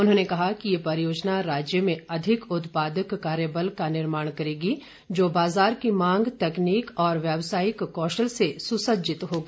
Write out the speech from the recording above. उन्होंने कहा कि ये परियोजना राज्य में अधिक उत्पादक कार्य बल का निर्माण करेगी जो बाज़ार की मांग तकनीक और व्यवसायिक कौशल से सुसज्जित होगा